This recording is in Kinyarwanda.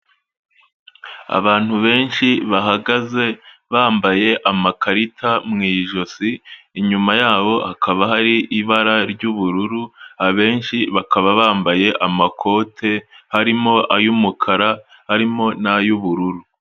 Abantu benshi bahagaze bambaye amakarita mu ijosi inyuma yabo hakaba hari ibara ry'ubururu abenshi bakaba bambaye amakote harimo ay'umukara arimo n'ay'ubururu.